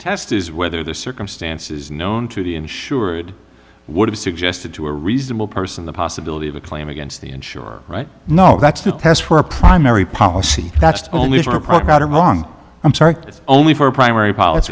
test is whether the circumstances known to the insured would have suggested to a reasonable person the possibility of a claim against the insurer right know that's the test for a primary policy that's only for profit or wrong i'm sorry it's only for primary pilots